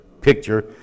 picture